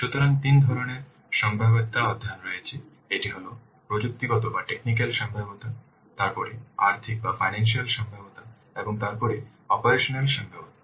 সুতরাং তিন ধরণের সম্ভাব্যতা অধ্যয়ন রয়েছে একটি হল প্রযুক্তিগত সম্ভাব্যতা তারপরে আর্থিক সম্ভাব্যতা এবং তারপরে অপারেশনাল সম্ভাব্যতা